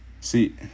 See